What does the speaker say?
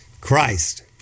Christ